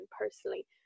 personally